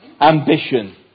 ambition